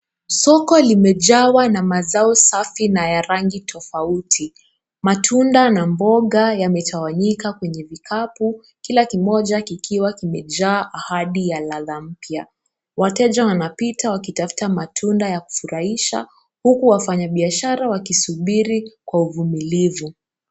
Soko limejawa na mazao safi na ya rangi tofauti. Matunda na mboga yametawanyika kwenye vikapu, kila kimoja kikiwa kimejaa ahadi ya ladha mpya. Wateja wanapita wakitafuta matunda ya kufurahisha, huku wafanyabiashara wakisubiri kwa uvumilivu.